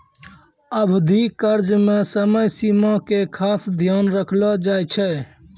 अवधि कर्ज मे समय सीमा के खास ध्यान रखलो जाय छै